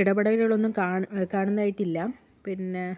ഇടപെടലുകളൊന്നും കാണു കാണുന്നതായിട്ടില്ല പിന്നെ